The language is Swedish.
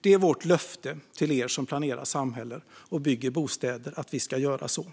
Det är vårt löfte till er som planerar samhällen och bygger bostäder att vi ska göra så.